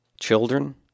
Children